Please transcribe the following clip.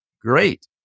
great